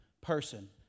person